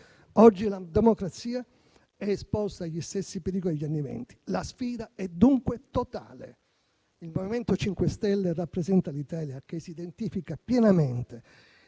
Oggi la democrazia è esposta agli stessi pericoli degli anni Venti: la sfida è dunque totale. Il MoVimento 5 Stelle rappresenta l'Italia che si identifica pienamente